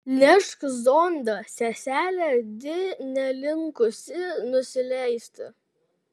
nešk zondą seselė di nelinkusi nusileisti